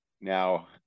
now